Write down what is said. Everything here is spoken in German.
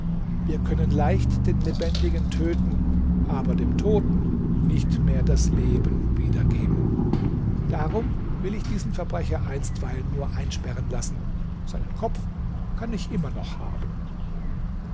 wir können leicht den lebendigen töten aber dem toten nicht mehr das leben wiedergeben darum will ich diesen verbrecher einstweilen nur einsperren lassen seinen kopf kann ich immer noch haben